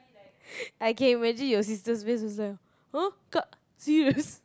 I can imagine your sister's face was like !huh! kak serious